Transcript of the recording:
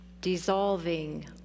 dissolving